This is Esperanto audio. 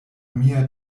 mia